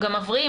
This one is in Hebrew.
אתה מבין,